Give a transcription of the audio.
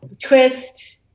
Twist